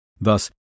Thus